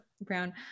brown